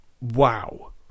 Wow